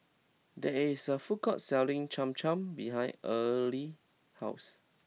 there is a food court selling Cham Cham behind Early's house